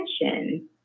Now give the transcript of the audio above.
attention